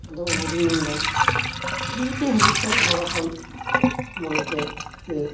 ᱟᱫᱚ ᱚᱱᱟᱜᱤᱧ ᱢᱮᱱᱫᱟ ᱡᱩᱫᱤᱯᱮ ᱦᱤᱡᱩᱜ ᱠᱷᱟᱱ ᱦᱚᱲ ᱦᱚᱯᱚᱱ ᱢᱚᱱᱮᱛᱮ ᱯᱮ